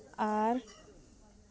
ᱟᱨ